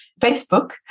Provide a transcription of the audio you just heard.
Facebook